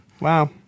Wow